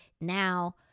now